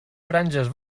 franges